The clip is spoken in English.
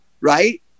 right